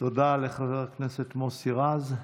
תודה לחבר הכנסת מוסי רז.